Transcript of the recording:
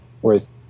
Whereas